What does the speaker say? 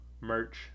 merch